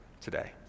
today